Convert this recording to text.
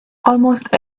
almost